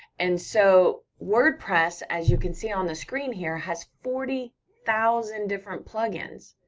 and so, wordpress, as you can see on the screen here, has forty thousand different plugins.